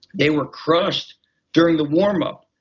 they were crushed during the warm up.